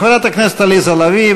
חברת הכנסת עליזה לביא.